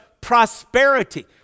prosperity